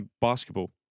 basketball